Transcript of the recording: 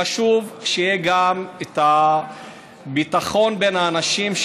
חשוב שיהיה גם ביטחון בין האנשים,